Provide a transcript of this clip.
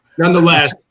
Nonetheless